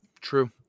True